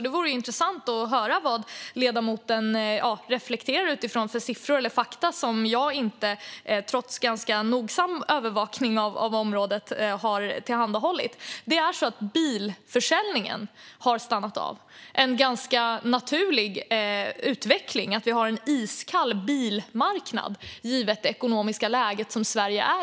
Det vore intressant att höra vilka siffror eller fakta som jag, trots ganska nogsam övervakning av området, inte har fått tillgång till. Bilförsäljningen har stannat av. Det är en ganska naturlig utveckling att vi har en iskall bilmarknad givet det ekonomiska läge som Sverige är i.